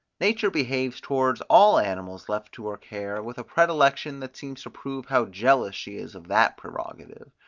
nature behaves towards all animals left to her care with a predilection, that seems to prove how jealous she is of that prerogative.